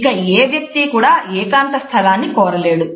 ఇంకా ఒక వ్యక్తి ఏకాంత స్థలాన్ని కోరలేడు